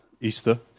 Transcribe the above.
easter